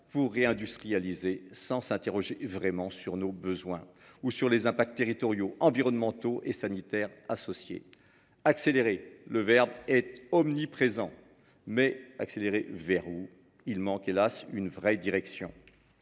pour réindustrialiser, sans s’interroger vraiment sur nos besoins ou sur les impacts territoriaux, environnementaux et sanitaires associés. Accélérer, le verbe est omniprésent ! Mais vers où ? Il manque, hélas, une direction